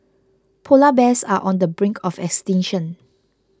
Polar Bears are on the brink of extinction